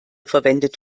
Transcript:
verwendet